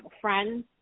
friends